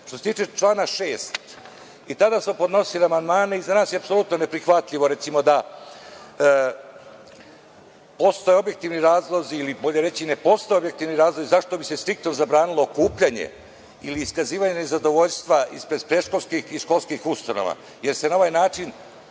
se tiče člana 6, i tada smo podnosili amandmane i za nas je apsolutno neprihvatljivo recimo da postoje objektivni razlozi ili bolje reći ne postoje objektivni razlozi zašto bi se striktno zabranilo okupljanje ili iskazivanje nezadovoljstva ispred predškolskih i školskih ustanova, jer se na ovaj način